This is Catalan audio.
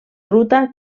ruta